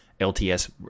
LTS